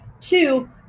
Two